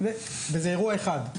וזה אירוע אחד.